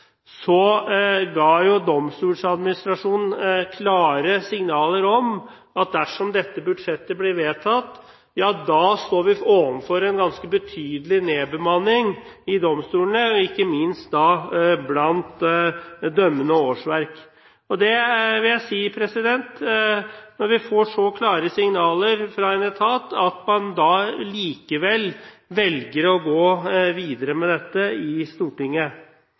ga Domstoladministrasjonen klare signaler om at dersom dette budsjettet blir vedtatt, står vi overfor en ganske betydelig nedbemanning i domstolene, ikke minst blant dømmende årsverk. Når vi får så klare signaler fra en etat, og man likevel velger å gå videre med dette i Stortinget,